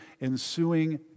ensuing